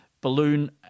balloon